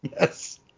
Yes